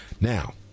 now